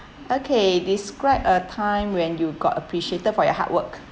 okay describe a time when you got appreciated for your hard work